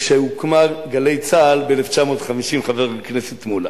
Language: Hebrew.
כשהוקמה "גלי צה"ל" ב-1950, חבר הכנסת מולה.